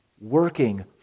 Working